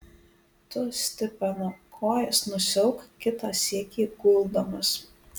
tu stipena kojas nusiauk kitą sykį guldamas